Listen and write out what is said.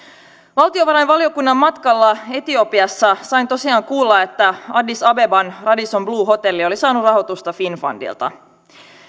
valtiovarainvaliokunnan matkalla etiopiassa sain tosiaan kuulla että addis abeban radisson blu hotelli oli saanut rahoitusta finnfundilta